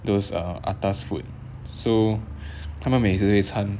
those are atas food so 他们每次会餐